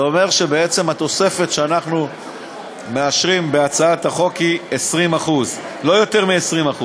זה אומר שבעצם התוספת שאנחנו מאשרים בהצעת החוק היא 20%. לא יותר מ-20%.